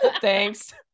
Thanks